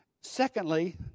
Secondly